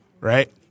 Right